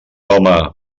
home